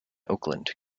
oakland